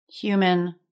human